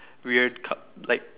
weird uh like